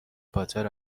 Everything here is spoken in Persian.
پاتر